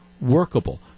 workable